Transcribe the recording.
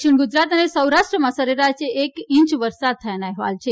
દક્ષિણ ગુજરાત અને સોરાષ્ટ્રમાં સરેરાશ એક ઇંચ વરસાદ થયાનાં અહેવાલ છે